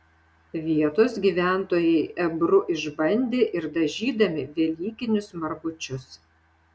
vietos gyventojai ebru išbandė ir dažydami velykinius margučius